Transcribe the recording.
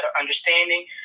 understanding